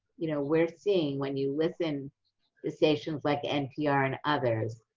you know, we're seeing when you listen to stations like npr and others,